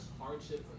hardship